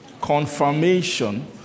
Confirmation